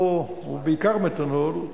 או בעיקר מתנול,